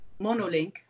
Monolink